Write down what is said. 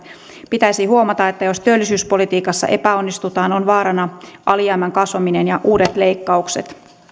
pitäisi huomata että jos työllisyyspolitiikassa epäonnistutaan on vaarana alijäämän kasvaminen ja uudet leikkaukset